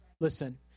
Listen